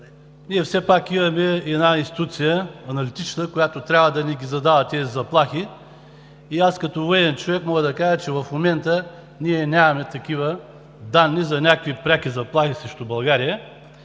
Ние все пак имаме една аналитична институция, която трябва да ни ги задава тези заплахи, и аз като военен човек мога да кажа, че в момента нямаме такива данни за някакви преки заплахи срещу България.